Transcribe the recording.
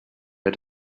had